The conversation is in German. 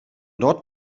dort